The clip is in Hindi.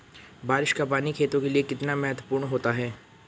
बारिश का पानी खेतों के लिये कितना महत्वपूर्ण होता है?